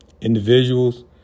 individuals